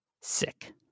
sick